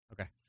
Okay